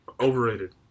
Overrated